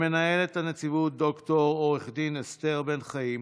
למנהלת הנציבות ד"ר עו"ד אסתר בן-חיים